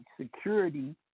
security